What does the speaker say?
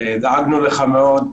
דאגנו לך מאוד,